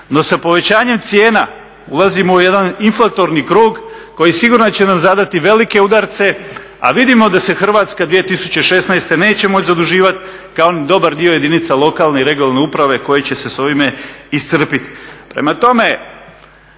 No sa povećanjem cijena ulazimo u jedan inflatorni krug koji sigurno će nam zadati velike udarce, a vidimo da se Hrvatska 2016.neće moći zaduživati kao i dobar dio jedinica lokalne i regionalne uprave koji će se s ovim iscrpiti. Prema tome,